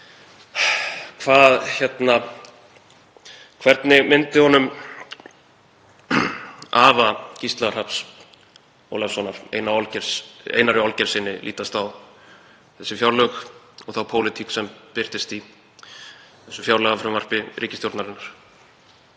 Hvernig myndi afa Gísla Rafns Ólafssonar, Einari Olgeirssyni, lítast á þessi fjárlög og þá pólitík sem birtist í þessu fjárlagafrumvarpi ríkisstjórnarinnar?